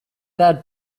that